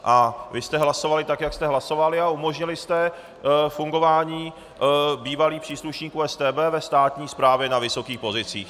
Ale vy jste hlasovali tak, jak jste hlasovali, a umožnili jste fungování bývalých příslušníků StB ve státní správě na vysokých pozicích.